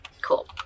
Cool